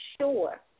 sure